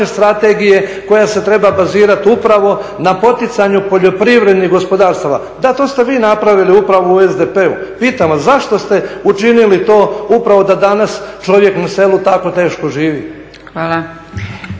strategije koja se treba bazirati upravo na poticanju poljoprivrednih gospodarstava. Da, to ste vi napravili upravo u SDP-u. Pitam vas, zašto ste učinili to upravo da danas čovjek na selu tako teško živi?